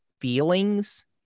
feelings